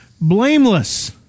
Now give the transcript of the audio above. Blameless